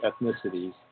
ethnicities